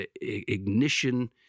ignition—